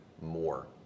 more